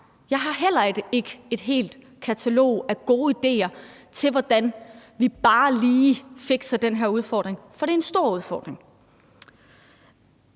jeg heller ikke har et helt katalog af gode idéer til, hvordan vi bare lige fikser den her udfordring – for det er en stor udfordring.